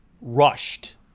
rushed